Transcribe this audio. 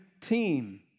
team